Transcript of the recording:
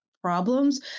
Problems